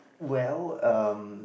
well um